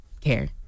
care